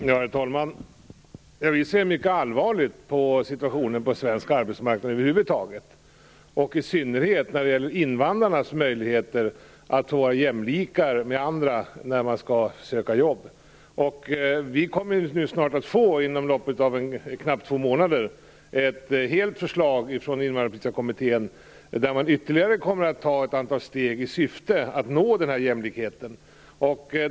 Herr talman! Regeringen ser mycket allvarligt på situationen på svensk arbetsmarknad över huvud taget, och i synnerhet på invandrarnas möjligheter att vara jämlikar med svenskar när de söker jobb. Inom loppet av knappt två månader kommer vi att få ett helt förslag från Invandrarpolitiska kommittén. I förslaget finns förslag om ytterligare ett antal steg i syfte att nå denna jämlikhet.